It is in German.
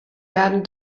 werden